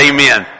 Amen